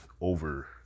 over